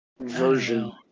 Version